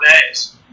days